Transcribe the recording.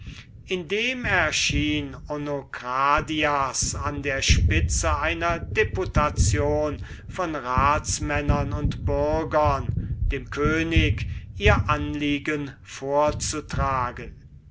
indem erschien onokradias an der spitze einer deputation von ratsmännern und bürgern dem könig ihr anliegen vorzutragen